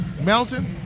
Melton